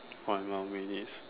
five more minutes